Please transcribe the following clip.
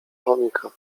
chomika